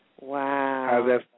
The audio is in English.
Wow